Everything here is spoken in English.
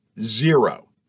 zero